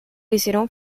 hicieron